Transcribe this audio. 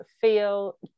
feel